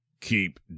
Keep